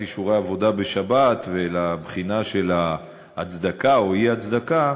אישורי עבודה בשבת ולבחינה של ההצדקה או אי-הצדקה